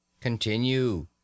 Continue